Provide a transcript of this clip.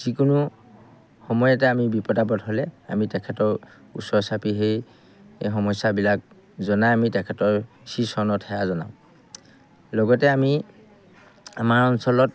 যিকোনো সময়তে আমি বিপদ আপদ হ'লে আমি তেখেতৰ ওচৰ চাপি সেই সমস্যাবিলাক জনাই আমি তেখেতৰ শ্ৰীচৰণত সেৱা জনাওঁ লগতে আমি আমাৰ অঞ্চলত